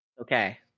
okay